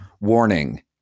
Warning